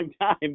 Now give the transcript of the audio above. time